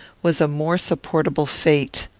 was a more supportable fate.